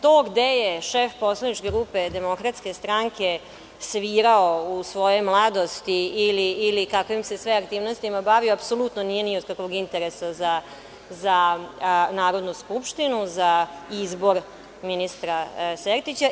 To gde je šef poslaničke grupe DS svirao u svojoj mladosti ili kakvim se sve aktivnostima bavio apsolutno nije ni od kakvog interesa za Narodnu skupštinu, za izbor ministra Sertića.